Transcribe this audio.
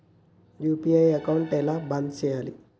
UPI account ఎలా బంద్ చేయాలి?